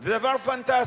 זה דבר פנטסטי.